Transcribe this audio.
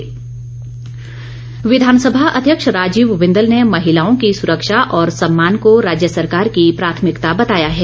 बिंदल विधानसभा अध्यक्ष राजीव बिंदल ने महिलाओं की सुरक्षा और सम्मान को राज्य सरकार की प्राथमिकता बताया है